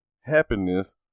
happiness